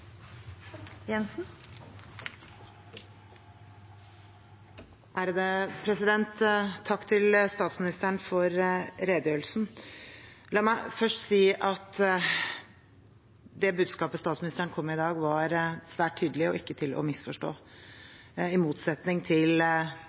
Takk til statsministeren for redegjørelsen. La meg først si at det budskapet statsministeren kom med i dag, var svært tydelig og ikke til å misforstå,